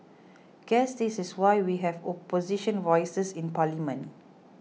guess this is why we have opposition voices in parliament